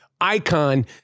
icon